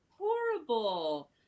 horrible